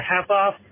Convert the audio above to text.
half-off